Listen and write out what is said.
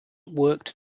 worked